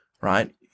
right